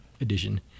Edition